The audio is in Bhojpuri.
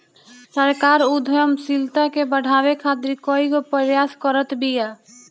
सरकार उद्यमशीलता के बढ़ावे खातीर कईगो प्रयास करत बिया